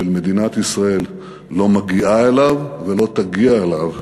של מדינת ישראל לא מגיעה אליו ולא תגיע אליו